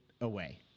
away